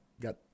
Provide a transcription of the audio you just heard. got